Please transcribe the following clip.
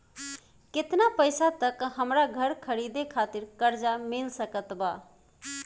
केतना पईसा तक हमरा घर खरीदे खातिर कर्जा मिल सकत बा?